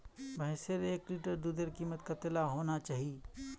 भैंसेर एक लीटर दूधेर कीमत कतेक होना चही?